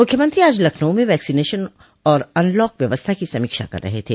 मुख्यमंत्री आज लखनऊ में वैक्सीनेशन और अनलॉक व्यवस्था की समीक्षा कर रहे थे